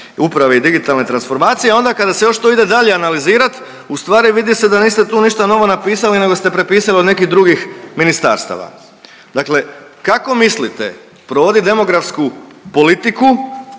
uprave i digitalne transformacije, a onda kada se još to ide dalje analizirat ustvari vidi se da niste tu ništa novo napisali nego ste prepisali od nekih drugih ministarstava. Dakle, kako mislite provodit demografsku politiku